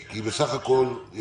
יש פה גם